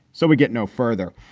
so we get no further.